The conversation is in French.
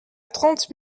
trente